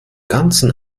ganzen